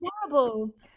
terrible